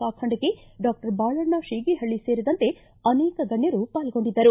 Kakhandaki doctor Balanna Shigihalli ಸೇರಿದಂತೆ ಅನೇಕ ಗಣ್ಣರು ಪಾಲ್ಗೊಂಡಿದ್ದರು